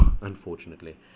unfortunately